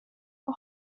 vad